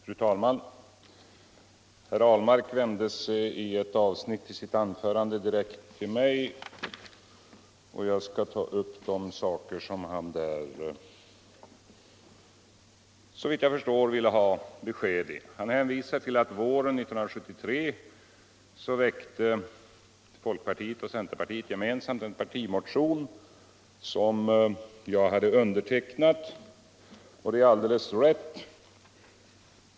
Fru talman! Herr Ahlmark vände sig i ett avsnitt av sitt anförande direkt till mig, och jag skall ta upp de saker som han, såvitt jag förstår, vill ha besked om. Herr Ahlmark hänvisar till att våren 1973 väckte folkpartiet och centerpartiet gemensamt en partimotion som jag hade undertecknat, och det är alldeles riktigt.